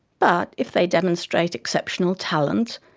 but if they demonstrate exceptional talent,